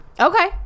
Okay